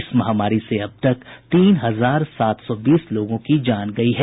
इस महामारी से अब तक तीन हजार सात सौ बीस लोगों की जान गयी है